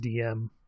DM